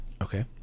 Okay